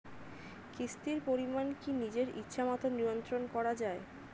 কিস্তির পরিমাণ কি নিজের ইচ্ছামত নিয়ন্ত্রণ করা যায়?